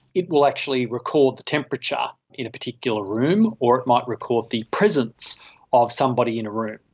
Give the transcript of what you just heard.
it will actually record the temperature in a particular room or it might record the presence of somebody in a room.